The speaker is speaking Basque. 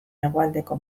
hegoaldeko